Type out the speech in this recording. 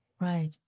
Right